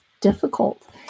difficult